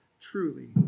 truly